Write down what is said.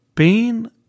Pain